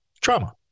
trauma